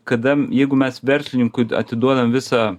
kada jeigu mes verslininkui atiduodam visą